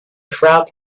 crowd